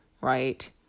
right